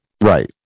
Right